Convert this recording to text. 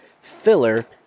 filler